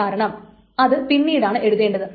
കാരണം അത് പിന്നീടാണ് എഴുതേണ്ടത്